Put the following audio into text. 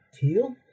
teal